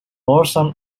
dorsum